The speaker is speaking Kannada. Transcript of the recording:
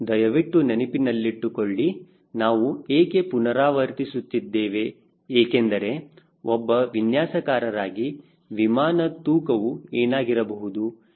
ದಯವಿಟ್ಟು ನೆನಪಿನಲ್ಲಿಟ್ಟುಕೊಳ್ಳಿ ನಾವು ಏಕೆ ಪುನರಾವರ್ತಿಸುತ್ತಿದೆವೆ ಏಕೆಂದರೆ ಒಬ್ಬ ವಿನ್ಯಾಸಕಾರರಿಗೆ ವಿಮಾನ ತೂಕವು ಏನಾಗಿರಬಹುದು